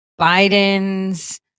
biden's